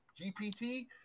GPT